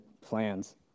plans